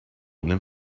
and